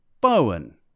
bowen